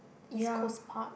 East-Coast-Park